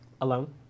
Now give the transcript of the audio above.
Alone